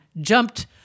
jumped